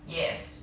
yes